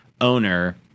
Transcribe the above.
owner